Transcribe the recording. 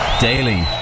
daily